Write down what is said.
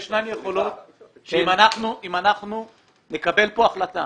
היושב-ראש שאם אנחנו נקבל כאן החלטה